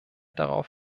darauf